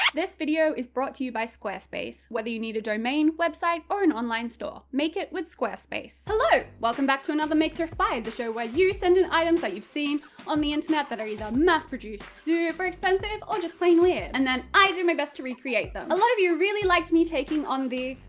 this video is brought to you by squarespace. whether you need a domain, website, or an online store, make it with squarespace. hello! welcome back to another make thrift buy, the show where you send in items but you've seen on the internet, that are either mass-produced suuuuper expensive or just plain weird and then i do my best to recreate them. a lot of you really liked me taking on the,